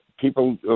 people